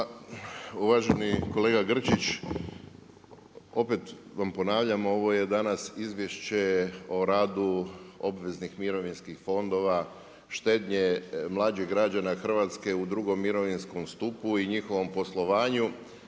Uvaženi kolega Grčić, opet vam ponavljam, ovo je danas Izvješće o radu obveznih mirovinskih fondova, štednje mlađih građana Hrvatske u drugom mirovinskom stupu i njihovom poslovanju,